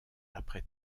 après